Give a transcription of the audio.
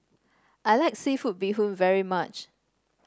I like seafood Bee Hoon very much